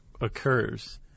occurs